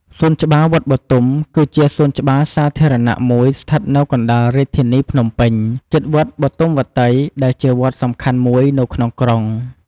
សួនច្បារវត្តបុទុម គឺជាសួនច្បារសាធារណៈមួយស្ថិតនៅកណ្តាលរាជធានីភ្នំពេញ ជិតវត្តបុទុមវត្តី ដែលជាវត្តសំខាន់មួយនៅក្នុងក្រុង។